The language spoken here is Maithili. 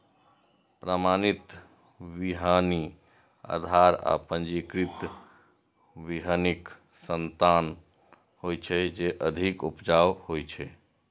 प्रमाणित बीहनि आधार आ पंजीकृत बीहनिक संतान होइ छै, जे अधिक उपजाऊ होइ छै